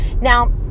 now